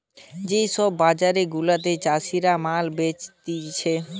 যে সব বাজার গুলাতে চাষীরা মাল বেচতিছে